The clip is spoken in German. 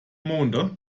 monde